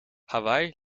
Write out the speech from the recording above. hawaï